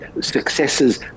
successes